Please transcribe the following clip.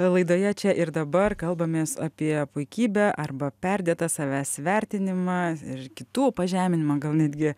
laidoje čia ir dabar kalbamės apie puikybę arba perdėtą savęs vertinimą ir kitų pažeminimą gal netgi